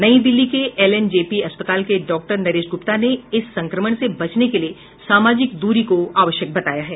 नई दिल्ली के एलएनजेपी अस्पताल के डॉक्टर नरेश गुप्ता ने इस संक्रमण से बचने के लिए सामाजिक दूरी को आवश्यक बताया है